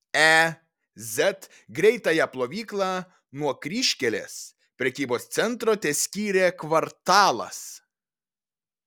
e z greitąją plovyklą nuo kryžkelės prekybos centro teskyrė kvartalas